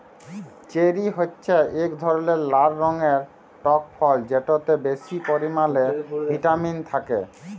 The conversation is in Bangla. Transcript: চেরি হছে ইক ধরলের লাল রঙের টক ফল যেটতে বেশি পরিমালে ভিটামিল থ্যাকে